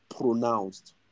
pronounced